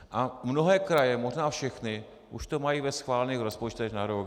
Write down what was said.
A mnohé kraje, možná všechny, už to mají ve schválených rozpočtech na rok 2016.